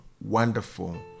wonderful